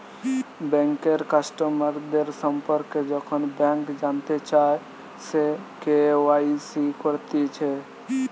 বেঙ্কের কাস্টমারদের সম্পর্কে যখন ব্যাংক জানতে চায়, সে কে.ওয়াই.সি করতিছে